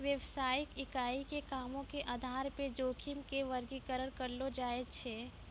व्यवसायिक इकाई के कामो के आधार पे जोखिम के वर्गीकरण करलो जाय छै